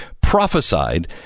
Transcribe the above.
prophesied